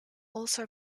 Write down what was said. also